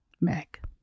Meg